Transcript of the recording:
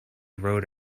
wrote